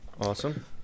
awesome